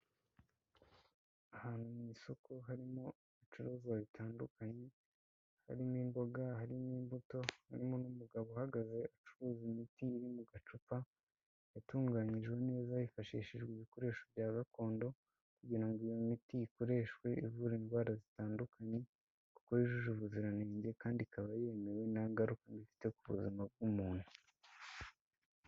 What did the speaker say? Ahantu mu isoko harimo ibicuruzwa bitandukanye, harimo imboga, harimo imbuto, harimo n'umugabo uhagaze ucuruza imiti iri mu gacupa, yatunganyijwe neza hifashishijwe ibikoresho bya gakondo kugira ngo iyo miti ikoreshwe ivura indwara zitandukanye, kuko yujuje ubuziranenge kandi ikaba yemewe nta ngaruka zifite ku buzima bw'umuntu.